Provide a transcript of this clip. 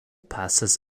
passes